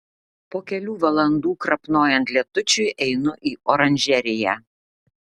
po kelių valandų krapnojant lietučiui einu į oranžeriją